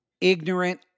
ignorant